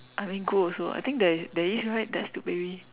I mean good also I think there is there is right test tube baby